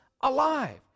alive